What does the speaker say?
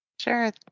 Sure